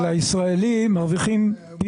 גם אצלנו זה מופיע.